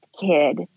kid